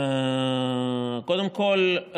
קודם כול,